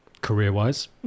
career-wise